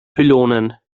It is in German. pylonen